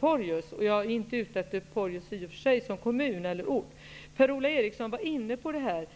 Jag är i och för sig inte ute efter Porjus som kommun eller ort. Per-Ola Eriksson var inne på frågan